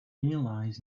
lies